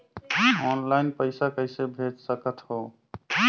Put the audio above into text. Online पइसा कइसे भेज सकत हो?